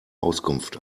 auskunft